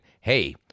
hey